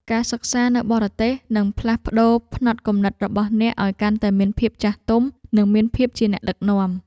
ការសិក្សានៅបរទេសនឹងផ្លាស់ប្តូរផ្នត់គំនិតរបស់អ្នកឱ្យកាន់តែមានភាពចាស់ទុំនិងមានភាពជាអ្នកដឹកនាំ។